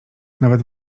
nawet